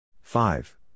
five